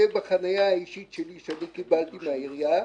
בחניה האישית שלי שאני קיבלתי מן העירייה,